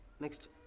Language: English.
Next